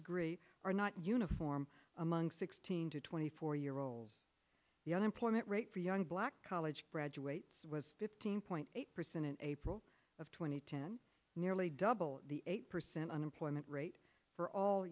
degree are not uniform among sixteen to twenty four year olds the unemployment rate for young black college graduates was fifteen point eight percent in april of two thousand and ten nearly double the eight percent unemployment rate for all